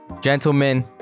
gentlemen